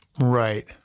Right